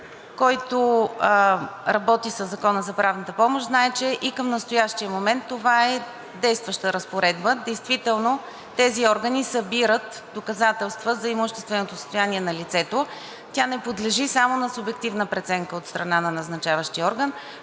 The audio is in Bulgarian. Който работи със Закона за правната помощ, знае, че и към настоящия момент това е действаща разпоредба – действително тези органи събират доказателства за имущественото състояние на лицето, тя не подлежи само на субективна преценка от страна на назначаващия орган.